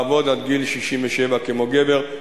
לעבוד עד גיל 67 כמו גבר.